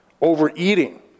overeating